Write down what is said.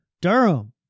Durham